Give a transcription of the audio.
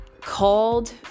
called